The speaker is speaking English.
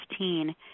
2015